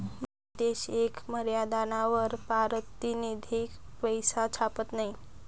भारत देश येक मर्यादानावर पारतिनिधिक पैसा छापत नयी